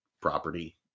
property